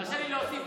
תרשה לי להוסיף,